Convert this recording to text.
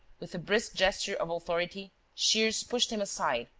with a brisk gesture of authority, shears pushed him aside,